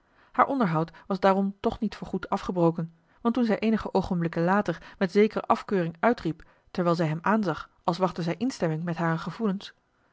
het onderhoud was daarom toch niet voor goed afgebroken want toen zij eenige oogenblikken later met zekere afkeuring uitriep terwijl zij hem aanzag als wachtte zij instemming met hare gevoelens